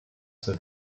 zur